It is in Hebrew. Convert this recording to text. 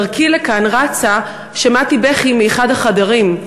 בדרכי לכאן, רצה, שמעתי בכי מאחד החדרים.